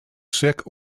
sick